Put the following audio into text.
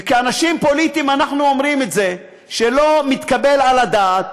וכאנשים פוליטיים אנחנו אומרים שלא מתקבל על הדעת